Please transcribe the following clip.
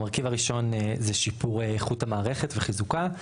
המרכיב הראשון זה שיפור איכות המערכת וחיזוקה,